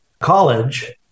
college